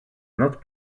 not